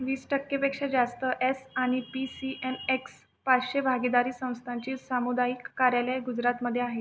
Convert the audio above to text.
वीस टक्केपेक्षा जास्त एस आणि पी सी एन एक्स पाचशे भागीदारी संस्थांची सामुदायिक कार्यालये गुजरातमध्ये आहेत